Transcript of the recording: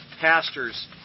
pastors